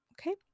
Okay